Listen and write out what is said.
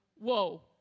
whoa